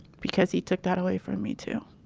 because he took that away from me too